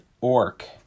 orc